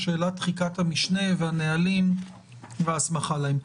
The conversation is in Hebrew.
שאלת תחיקת המשנה והנהלים וההסמכה להם.